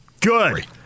Good